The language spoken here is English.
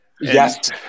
yes